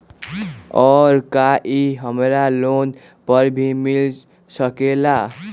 और का इ हमरा लोन पर भी मिल सकेला?